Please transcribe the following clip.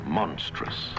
monstrous